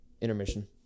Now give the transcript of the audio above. Intermission